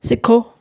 सिखो